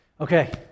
Okay